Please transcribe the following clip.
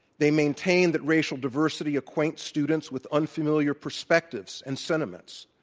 they maintain that racial diversity acquaints students with unfamiliar perspectives and sentiments,